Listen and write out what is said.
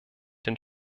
den